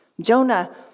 Jonah